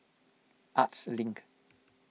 Arts Link